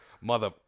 mother